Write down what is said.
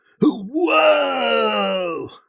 whoa